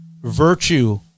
virtue